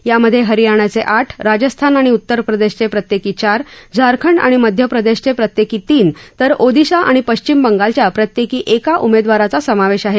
यामधे हरियाणाचे आठ राजस्थान आणि उत्तर प्रदेशचे प्रत्येकी चार झारखंड आणि मध्य प्रदेशचे प्रत्येकी तीन तर ओदिशा आणि पश्चिम बंगालच्या प्रत्येकी एका उमेदवाराचा समावेश आहे